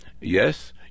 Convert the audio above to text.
Yes